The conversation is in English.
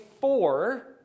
four